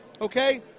okay